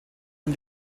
ihm